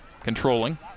controlling